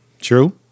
True